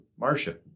Marsha